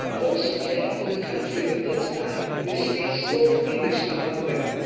those who came to the country at that time, they still spoke yiddish among them.